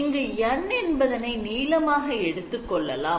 இங்கு N என்பதனை நீளமாக எடுத்துக்கொள்ளலாம்